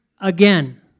again